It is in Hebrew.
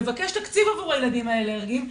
מבקש תקציב עבור הילדים האלרגיים,